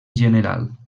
general